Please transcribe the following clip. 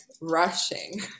rushing